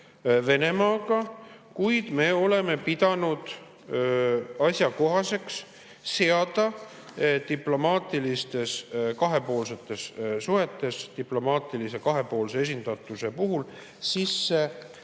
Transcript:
Venemaaga, kuid me oleme pidanud asjakohaseks seada diplomaatilistes kahepoolsetes suhetes diplomaatilise kahepoolse esindatuse puhul sisse